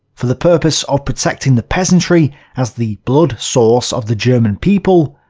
for the purpose of protecting the peasantry as the blood source of the german people,